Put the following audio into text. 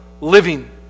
living